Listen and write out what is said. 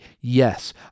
yes